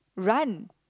run